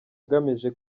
agamije